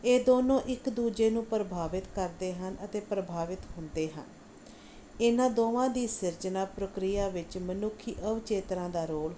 ਇਹ ਦੋਨੋਂ ਇੱਕ ਦੂਜੇ ਨੂੰ ਪ੍ਰਭਾਵਿਤ ਕਰਦੇ ਹਨ ਅਤੇ ਪ੍ਰਭਾਵਿਤ ਹੁੰਦੇ ਹਨ ਇਹਨਾਂ ਦੋਵਾਂ ਦੀ ਸਿਰਜਣਾ ਪ੍ਰਕਿਰਿਆ ਵਿੱਚ ਮਨੁੱਖੀ ਅਵਚੇਤਨਾ ਦਾ ਰੋਲ ਹੁੰਦਾ ਹੈ